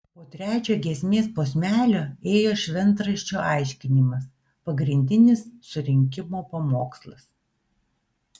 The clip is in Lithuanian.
po trečio giesmės posmelio ėjo šventraščio aiškinimas pagrindinis surinkimo pamokslas